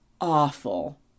awful